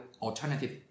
alternative